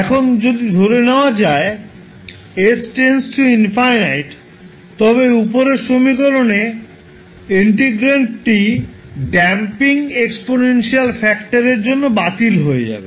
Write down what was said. এখন যদি ধরে নেওয়া হয় s →∞ তবে উপরের সমীকরণে ইন্টিগ্রান্ডটি ড্যাম্পিং এক্সপনেনশিয়াল ফ্যাক্টর এর জন্য বাতিল হয়ে যাবে